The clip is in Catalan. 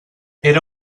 era